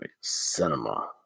Cinema